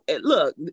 look